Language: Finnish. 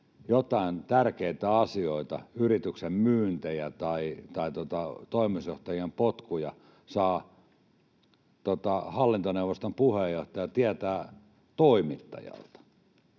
joitain tärkeitä asioita — yrityksen myyntiä tai toimitusjohtajien potkuja — saa hallintoneuvoston puheenjohtaja tietää toimittajalta.